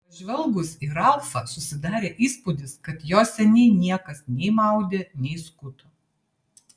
pažvelgus į ralfą susidarė įspūdis kad jo seniai niekas nei maudė nei skuto